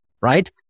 right